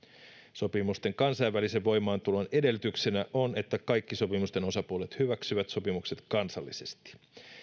sopimusten kansainvälisen voimaantulon edellytyksenä on että kaikki sopimusten osapuolet hyväksyvät sopimukset kansallisesti